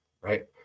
Right